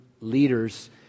leaders